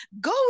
go